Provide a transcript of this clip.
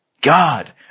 God